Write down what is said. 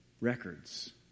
records